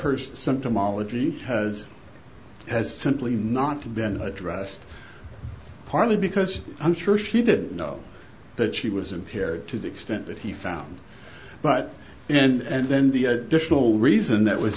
her symptomology has has simply not been addressed partly because i'm sure she didn't know that she was impaired to the extent that he found but and then the additional reason that was